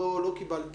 לא קיבלתי.